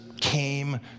came